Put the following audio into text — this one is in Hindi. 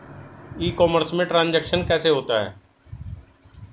ई कॉमर्स में ट्रांजैक्शन कैसे होता है?